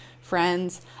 friends